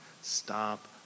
stop